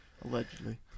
Allegedly